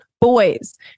boys